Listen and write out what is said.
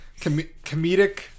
comedic